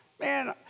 Man